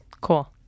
Cool